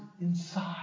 inside